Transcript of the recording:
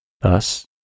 Thus